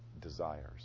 desires